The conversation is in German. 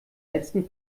letzten